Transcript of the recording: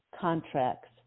contracts